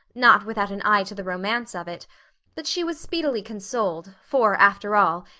not without an eye to the romance of it but she was speedily consoled, for, after all,